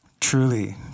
truly